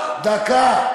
דקה.